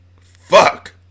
Fuck